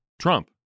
Trump